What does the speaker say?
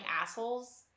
assholes